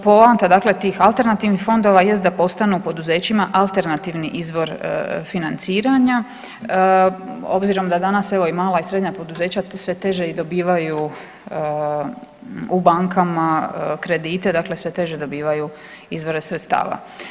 Poanta tih alternativnih fondova jest da postanu poduzećima alternativni izvor financiranja, obzirom da danas evo i mala i srednja poduzeća sve teže i dobivaju u bankama kredite, dakle sve teže dobivaju izvore sredstava.